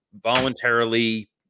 voluntarily